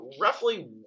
roughly